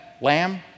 lamb